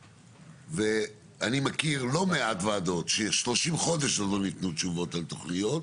אני מכיר לא מעט ועדות ש-30 חודש עוד לא ניתנו תשובות על תוכניות.